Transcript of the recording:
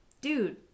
dude